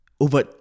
Over